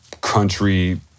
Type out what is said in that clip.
country